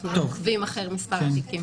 אנחנו לא עוקבים אחר מספר התיקים.